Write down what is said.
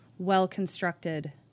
well-constructed